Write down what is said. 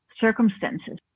circumstances